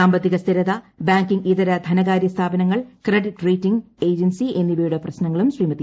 സാമ്പത്തിക സ്ഥിരത ബാങ്കിംഗ് ഇതര ധനകാര്യ സ്ഥാപനങ്ങൾ ക്രെഡിറ്റ് റേറ്റിംഗ് ഏജൻസി എന്നിവയുടെ പ്രശ്നങ്ങളും ശ്രീമതി